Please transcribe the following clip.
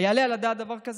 היעלה על הדעת דבר כזה?